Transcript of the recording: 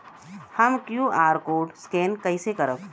हम QR code scan कइसे करब?